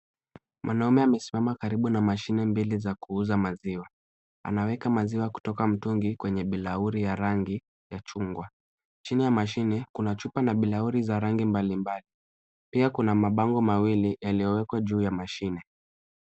Mwanaume amesimama karibu na mashine mbili za kuuza maziwa. Anaweka maziwa kutoka mtungi kwenye bilauri ya rangi ya chungwa. Chini ya mashine, kuna chupa na bilauri za rangi mbalimbali. Pia kuna mabango mawili yaliyowekwa juu ya mashine.